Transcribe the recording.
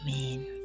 amen